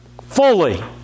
fully